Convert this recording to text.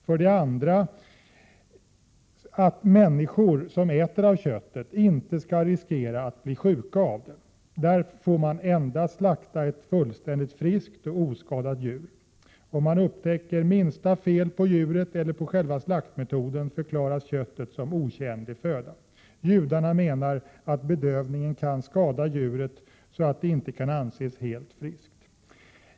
För det andra skall människor som äter av köttet inte riskera att bli sjuka av det. Därför får endast ett fullständigt friskt och oskadat djur slaktas. Om minsta fel upptäcks på djuret eller på själva slaktmetoden förklaras köttet som otjänlig föda. Judarna menar att bedövningen kan skada djuret, så att det inte kan anses helt friskt.